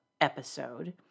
episode